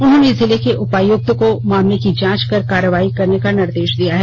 उन्होंने जिले के उपायुक्त को मामले की जांच कर कार्रवाई का निर्देश दिया है